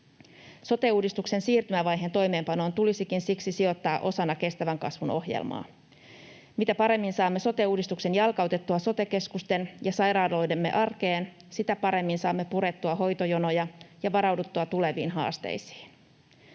Sote-uudistuksen siirtymävaiheen toimeenpanoon tulisikin siksi sijoittaa osana kestävän kasvun ohjelmaa. Mitä paremmin saamme sote-uudistuksen jalkautettua sote-keskusten ja sairaaloidemme arkeen, sitä paremmin saamme purettua hoitojonoja ja varauduttua tuleviin haasteisiin.